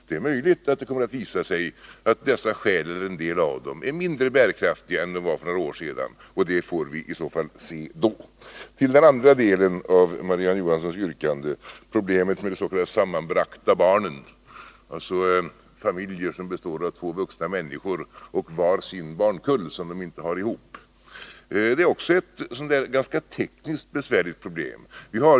Det är möjligt att det kommer att visa sig att dessa skäl eller en del av dem är mindre bärkraftiga än de var för några år sedan, men det får vi i så fall se då. Den andra delen av Marie-Ann Johanssons yrkande gällde problemet med de s.k. sammanbragta barnen, dvs. familjer som består av två vuxna människor med var sin barnkull som de inte har ihop. Det är ett ganska besvärligt problem tekniskt sett.